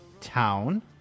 town